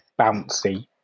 bouncy